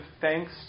thanks